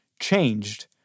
changed